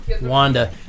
Wanda